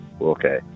okay